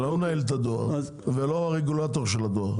אני לא מנהל את הדואר ואני לא הרגולטור של הדואר.